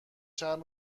چند